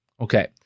Okay